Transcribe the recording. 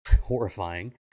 horrifying